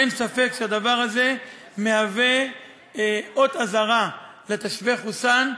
אין ספק שהדבר הזה הוא אות אזהרה לתושבי חוסאן,